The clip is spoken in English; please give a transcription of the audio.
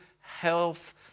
health